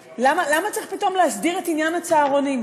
למה צריך פתאום להסדיר את עניין הצהרונים?